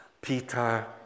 Peter